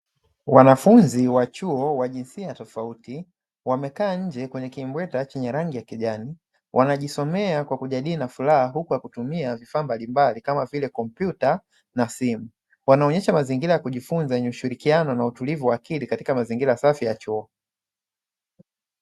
Wanafunzi wa chuo wa jinsia tofauti wamekaa nje kwenye kimbweta cha rangi ya kijani, wajisomea kwa kujadili na furaha huku na kutumia vifaa mbalimbali kama vile kompyuta na simu, wanaonyesha mazingira ya kushirikiana na utulivu wa akili katika mazingira safi ya chuo.